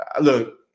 Look